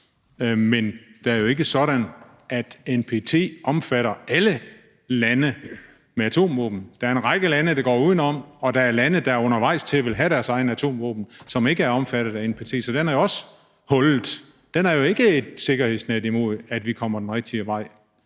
men det er jo ikke sådan, at NPT omfatter alle lande med atomvåben. Der er en række lande, der er udenfor, og der er lande, der er undervejs til at få deres egne atomvåben, og som ikke er omfattet af NPT. Så den er jo også hullet, den er jo ikke et sikkerhedsnet under, at vi kommer den rigtige vej.